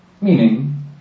meaning